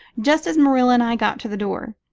just as marilla and i got to the door.